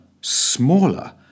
smaller